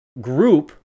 group